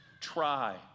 try